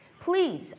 please